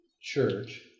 church